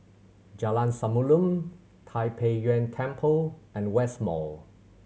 Jalan Samulun Tai Pei Yuen Temple and West Mall